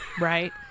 Right